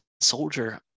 soldier